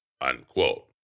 unquote